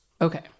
okay